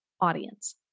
audience